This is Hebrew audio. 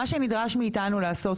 מה שנדרש מאתנו לעשות,